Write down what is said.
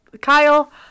Kyle